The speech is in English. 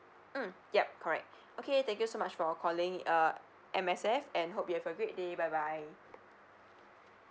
mm yup correct okay thank you so much for calling uh M_S_F and hope you have a great day bye bye